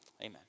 Amen